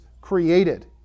created